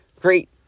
great